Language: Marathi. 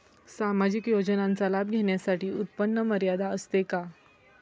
सामाजिक योजनांचा लाभ घेण्यासाठी उत्पन्न मर्यादा असते का?